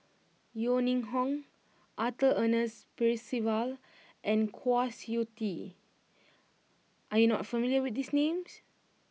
Yeo Ning Hong Arthur Ernest Percival and Kwa Siew Tee are you not familiar with these names